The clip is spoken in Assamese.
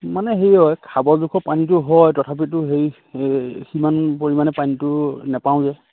মানে হেৰি হয় খাবৰ জোখৰ পানীটো হয় তথাপিতো হেৰি হে সিমান পৰিমাণে পানীটো নাপাওঁ যে